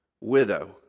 widow